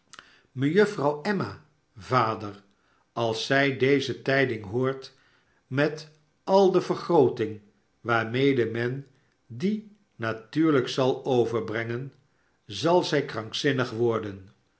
mejufter emma vader als zij deze tijding hoort met al de vergrooting waarmede men die natuurlijk zal overbrengen zal zij krankzinnig worden